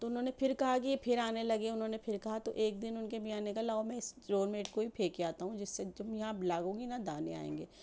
تو انہوں نے پھر کہا کہ یہ پھر آنے لگے ہیں انہوں نے پھر کہا تو ایک دن ان کے میاں نے کہاں لاؤ میں اس ڈور میٹ کو ہی پھینک آتا ہوں جس سے تم یہاں لاگو گی نہ دانے آئیں گے